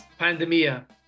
pandemia